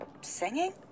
singing